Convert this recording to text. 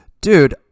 Dude